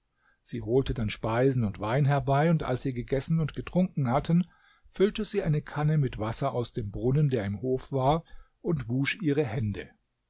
sie holte dann speisen und wein herbei und als sie gegessen und getrunken hatten füllte sie eine kanne mit wasser aus dem brunnen der im hof war und wusch ihre hände